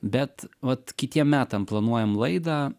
bet vat kitiem metam planuojam laidą